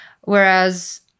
whereas